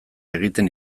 egiten